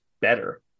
better